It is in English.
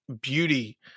beauty